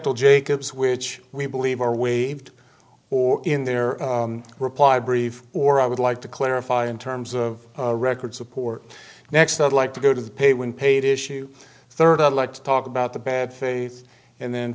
el jacobs which we believe are waived or in their reply brief or i would like to clarify in terms of record support next i'd like to go to the pay when paid issue third i'd like to talk about the bad faith and then